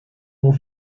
mont